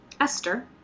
esther